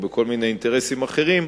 או בכל מיני אינטרסים אחרים,